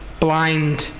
blind